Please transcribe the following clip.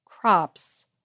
crops